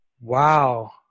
Wow